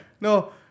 No